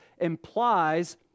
implies